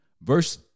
verse